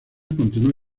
continuó